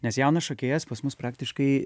nes jaunas šokėjas pas mus praktiškai